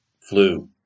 flu